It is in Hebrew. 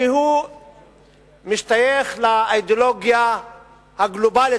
כי הוא משתייך לאידיאולוגיה הגלובלית,